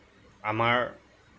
আমাৰ